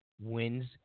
wins